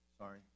Sorry